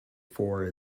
for